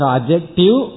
Adjective